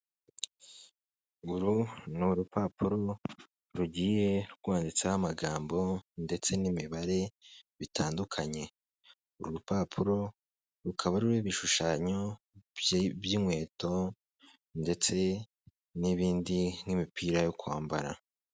Uru ni urupapuro rugiye rwanditseho amagambo ndetse n'imibare bitandukanye, uru rupapuro rukaba aririho ibishushanyo by'inkweto ndetse n'ibindi n'imipira yo kwambara.